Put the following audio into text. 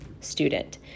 student